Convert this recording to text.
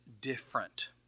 different